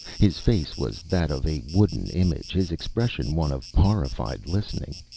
his face was that of a wooden image, his expression one of horrified listening.